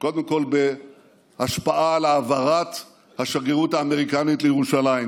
קודם כול בהשפעה על העברת השגרירות האמריקנית לירושלים,